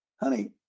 honey